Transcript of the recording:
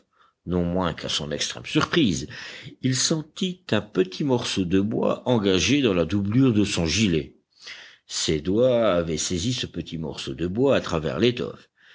non moins qu'à son extrême surprise il sentit un petit morceau de bois engagé dans la doublure de son gilet ses doigts avaient saisi ce petit morceau de bois à travers l'étoffe